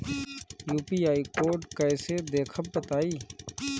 UPI code कैसे देखब बताई?